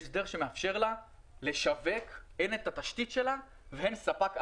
יש דרך שמאפשרת לה לשווק הן את התשתית שלה והן ספק אחר.